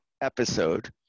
episode